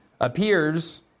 appears